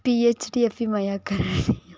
P H D अपि मया करणीयम्